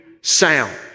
sound